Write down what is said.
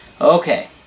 Okay